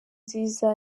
nziza